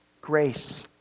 grace